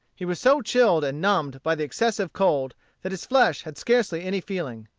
he was so chilled and numbed by the excessive cold that his flesh had scarcely any feeling.